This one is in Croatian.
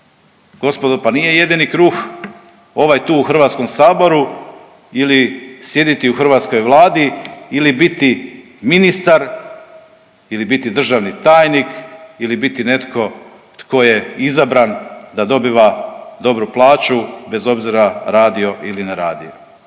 Gospodo pa nije jedini kruh ovaj tu u Hrvatskom saboru ili sjediti u hrvatskoj Vladi ili biti ministar ili biti državni tajnik ili biti netko tko je izabran da dobiva dobru plaću bez obzira radio ili ne radio.